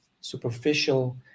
superficial